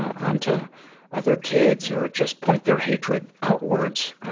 onto other kids or just point their hatred outwards.